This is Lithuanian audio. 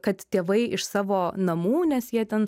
kad tėvai iš savo namų nes jie ten